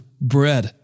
bread